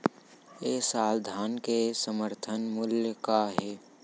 ए साल धान के समर्थन मूल्य का हे?